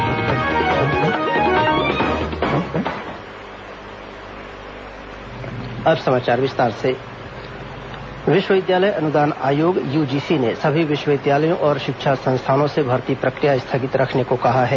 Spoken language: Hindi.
यूजीसी भर्ती प्रक्रिया विश्वविद्यालय अनुदान आयोग यूजीसी ने सभी विश्वविद्यालयों और शिक्षा संस्थानों से भर्ती प्रक्रिया स्थगित रखने को कहा है